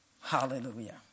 Hallelujah